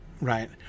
right